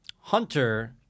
Hunter